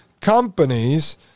companies